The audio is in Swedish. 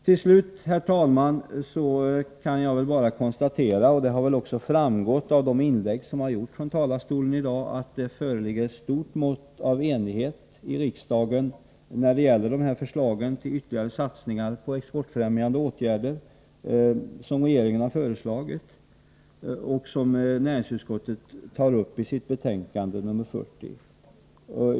Till slut, herr talman, kan jag bara konstatera — och det har väl också framgått av de inlägg som gjorts från talarstolen i dag — att det föreligger ett stort mått av enighet i riksdagen när det gäller dessa ytterligare satsningar på exportfrämjande åtgärder som regeringen har föreslagit och som tas upp i näringsutskottets betänkande 40.